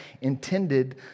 intended